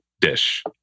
dish